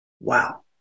Wow